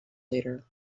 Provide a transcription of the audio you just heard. later